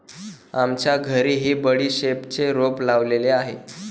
आमच्या घरीही बडीशेपचे रोप लावलेले आहे